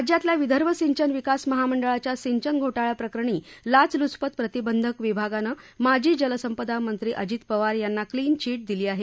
राज्यातल्या विदर्भ सिंचन विकास महामंडळाच्या सिंचन घोटाळ्याप्रकरणी लाचलूचपत प्रतिबंधक विभागानं माजी जलसंपदा मंत्री अजित पवार यांना क्लीनचिट दिली आहे